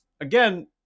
again